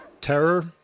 Terror